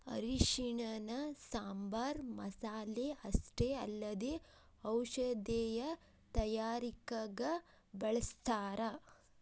ಅರಿಶಿಣನ ಸಾಂಬಾರ್ ಮಸಾಲೆ ಅಷ್ಟೇ ಅಲ್ಲದೆ ಔಷಧೇಯ ತಯಾರಿಕಗ ಬಳಸ್ಥಾರ